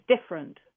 different